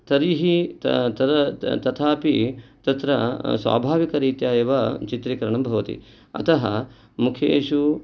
तर्हि तथापि तत्र स्वाभाविकरीत्या एव चित्रीकरणं भवति अतः मुखेषु